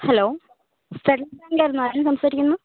hello ബാങ്കായിരുന്നു ആരാ സംസാരിക്കുന്നത്